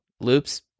loops